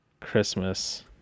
Christmas